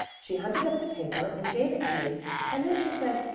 she hunted up the paper and gave it to me and then she said,